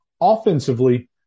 Offensively